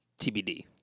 tbd